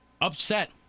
upset